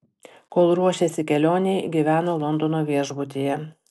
kol ruošėsi kelionei gyveno londono viešbutyje